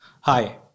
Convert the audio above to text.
Hi